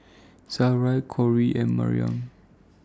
Sarai Cory and Maryam